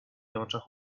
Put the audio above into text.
oczach